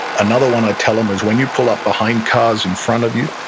another one i tell them is when you pull up behind cars in front of you,